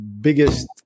biggest